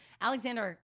Alexander